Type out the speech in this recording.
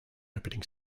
opening